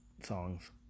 songs